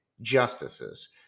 justices